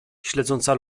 śledząca